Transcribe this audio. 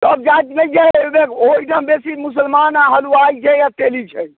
सभ जाइत नहि छै ओहिठाम बेसी मुसलमान आ हलवाइ छै आ तेली छै